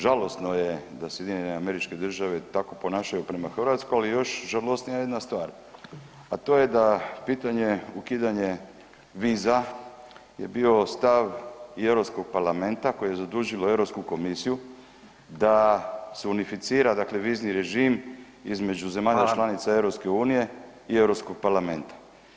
Žalosno je da SAD tako ponašaju prema Hrvatskoj, ali još žalosnija jedna stvar, a to je da pitanje ukidanje viza je bio stav i Europskog parlamenta koje je zadužilo Europsku komisiju da se unificira vizni režim između zemalja članica EU i Europskog parlamenta